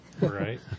Right